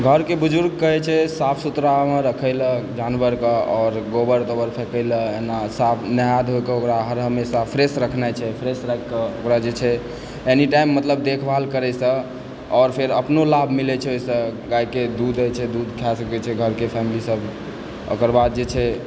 घरके बुजुर्ग कहय छै साफ सुथड़ामे रखय लऽ जानवरक आओर गोबर तोबर फेकय ला एना नहा धोकऽ ओकरा हर हमेशा फ्रेश रखनाइ छै फ्रेश राखिकऽ ओकरा जे छै एनी टाइम मतलब देखभाल करयसँ आओर फेर अपनों लाभ मिलय छै ओहिसँ गायके दूध होइ छै दूध खा सकय छै घरके फैमिलीसभ ओकर बाद जे छै